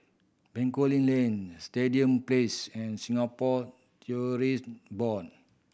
Bencoolen Link Stadium Place and Singapore Tourism Board